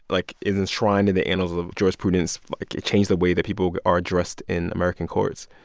like, is enshrined in the annals of jurisprudence. like, it changed the way that people are addressed in american courts.